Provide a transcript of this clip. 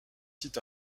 sites